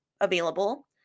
available